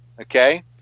Okay